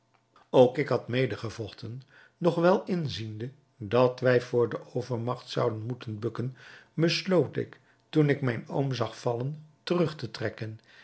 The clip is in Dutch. ook ik had mede gevochten doch wel inziende dat wij voor de overmagt zouden moeten bukken besloot ik toen ik mijn oom zag vallen terug te trekken